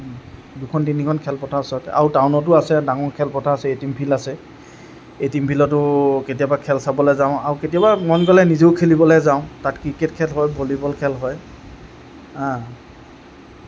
দুখন তিনিখন খেলপথাৰ ওচৰতে আৰু টাউনতো আছে ডাঙৰ খেলপথাৰ আছে এটিম ফিল্ড আছে এটিম ফিল্ডতো কেতিয়াবা খেল চাবলৈ যাওঁ আৰু কেতিয়াবা মন গ'লে নিজেও খেলিবলৈ যাওঁ তাত ক্ৰিকেট খেল হয় ভলীবল খেল হয়